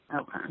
Okay